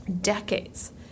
decades